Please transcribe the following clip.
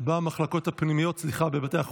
במחלקות הפנימיות בבתי החולים.